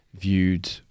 viewed